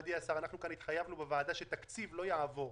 אדוני השר - גם התחייבנו בוועדה שתקציב לא יעבור,